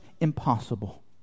impossible